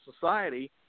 society